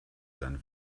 sein